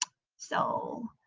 so,